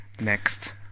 next